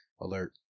alert